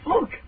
Look